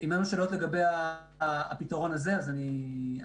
אם אין שאלות לגבי הפתרון הזה אז אני אמשיך.